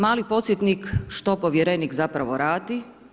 Mali podsjetnik što povjerenik zapravo radi.